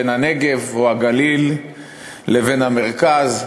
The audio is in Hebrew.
בין הנגב או הגליל לבין המרכז,